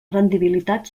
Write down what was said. rendibilitat